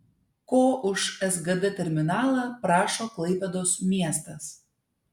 ko už sgd terminalą prašo klaipėdos miestas